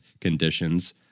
conditions